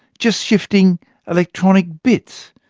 just shifting electronic bits.